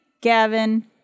Gavin